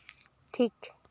ᱴᱷᱤᱠ